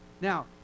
Now